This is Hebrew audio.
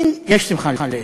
יש שמחה לאיד.